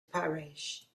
parish